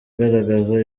ugaragaza